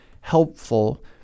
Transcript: helpful